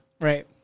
Right